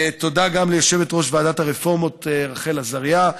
תודה גם ליושבת-ראש ועדת הרפורמות רחל עזריה,